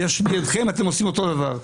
יש בידכם, ואתם עושים אותו דבר.